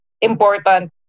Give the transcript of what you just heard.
important